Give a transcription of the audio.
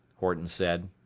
horton said.